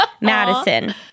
Madison